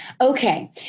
Okay